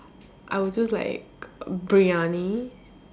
I would choose like briyani